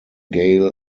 gail